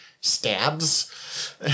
stabs